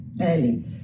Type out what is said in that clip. early